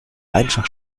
einfach